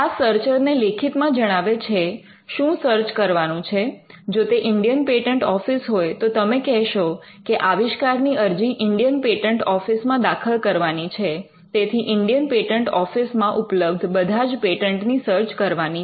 આ સર્ચર ને લેખિતમાં જણાવે છે શું સર્ચ કરવાનું છે જો તે ઇન્ડિયન પેટન્ટ ઓફિસ હોય તો તમે કહેશો કે આવિષ્કારની અરજી ઇન્ડિયન પેટન્ટ ઓફિસમાં દાખલ કરવાની છે તેથી ઇન્ડિયન પેટન્ટ ઓફિસમાં ઉપલબ્ધ બધા જ પેટન્ટની સર્ચ કરવાની છે